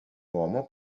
uomo